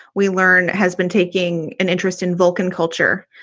we learn, has been taking an interest in vulcan culture.